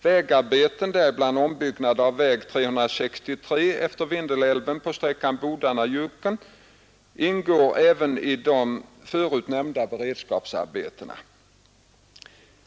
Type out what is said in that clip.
Vägarbeten, däribland ombyggnad av väg 363 efter Vindelälven på sträckan Bodarna — Hjuken ingår även i de förut nämnda beredskapsarbetena.